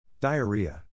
diarrhea